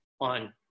on